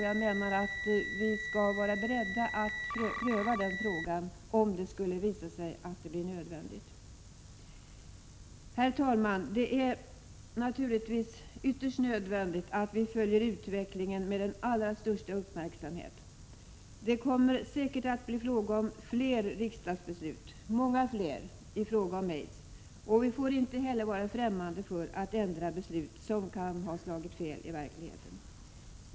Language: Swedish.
Jag menar att vi måste vara beredda att pröva den frågan, om det skulle visa sig bli nödvändigt. Herr talman! Det är naturligtvis ytterst nödvändigt att vi följer utvecklingen med allra största uppmärksamhet. Det kommer säkert att bli många fler riksdagsbeslut i fråga om aids. Vidare får vi inte vara främmande för att ändra beslut som kan ha slagit fel i verkligheten.